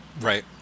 Right